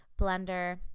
blender